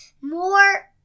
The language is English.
more